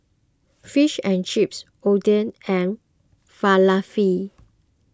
Fish and Chips Oden and Falafel